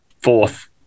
fourth